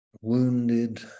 wounded